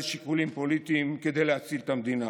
שיקולים פוליטיים כדי להציל את המדינה.